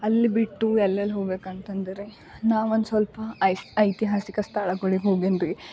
ಅಲ್ಲಿ ಬಿಟ್ಟು ಎಲ್ಲೆಲ್ಲಿ ಹೋಗ್ಬೇಕು ಅಂತಂದು ರಿ ನಾವು ಒಂದು ಸ್ವಲ್ಪ ಐಸ ಐತಿಹಾಸಿಕ ಸ್ಥಳಗಳಿಗೆ ಹೋಗೀನಿ ರಿ